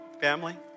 family